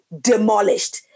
demolished